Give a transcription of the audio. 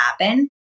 happen